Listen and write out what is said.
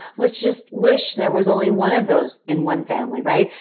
let's just wish there was only one of those in one family, right?